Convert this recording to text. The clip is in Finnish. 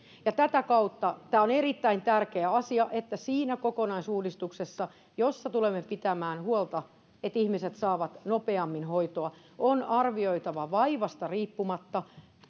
tätä kautta on erittäin tärkeä asia että siinä kokonaisuudistuksessa jossa tulemme pitämään huolta että ihmiset saavat nopeammin hoitoa on arvioitava vaivasta riippumatta